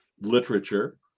literature